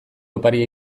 opari